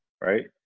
right